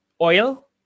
oil